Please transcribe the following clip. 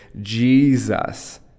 jesus